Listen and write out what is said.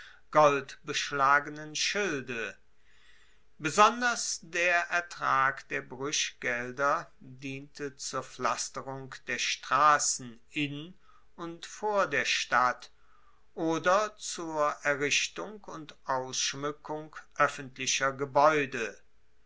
goldbeschlagenen schilde besonders der ertrag der bruechgelder diente zur pflasterung der strassen in und vor der stadt oder zur errichtung und ausschmueckung oeffentlicher gebaeude